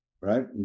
right